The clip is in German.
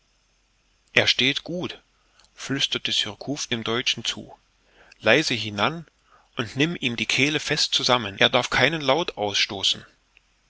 er steht gut flüsterte surcouf dem deutschen zu leise hinan und nimm ihm die kehle fest zusammen er darf keinen laut ausstoßen